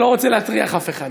אני לא רוצה להטריח אף אחד.